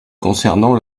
concernant